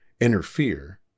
interfere